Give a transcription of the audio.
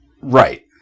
right